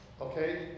Okay